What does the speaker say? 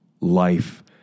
life